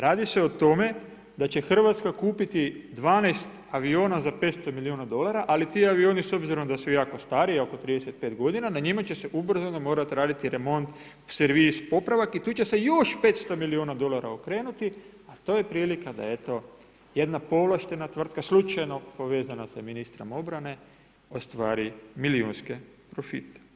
Radi se o tome, da će Hrvatska kupiti 12 aviona za 500 milijuna dolara, ali ti avioni s obzirom da su jako stari, oko 35 g. na njima će se ubrzano morati raditi remont, servis, popravak, i tu će se još 500 milijuna dolara okrenuti, to je prilika, da eto, jedna povlaštena tvrtka, slučajno povezana s ministrom obrane, ostvari milijunske profite.